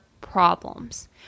problems